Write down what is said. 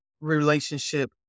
relationship